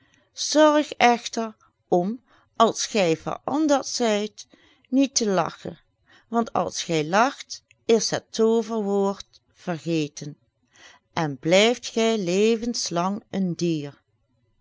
zorg echter om als gij veranderd zijt niet te lagchen want als gij lacht is het tooverwoord vergeten en blijft gij levenslang een dier